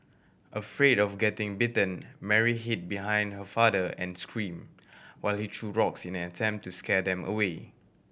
afraid of getting bitten Mary hid behind her father and screamed while he threw rocks in an attempt to scare them away